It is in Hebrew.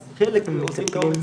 אז חלק אוזרים את האומץ